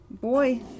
Boy